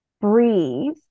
breathe